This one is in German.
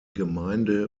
gemeinde